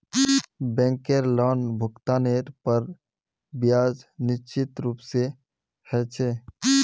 बैंकेर लोनभुगतानेर पर ब्याज निश्चित रूप से ह छे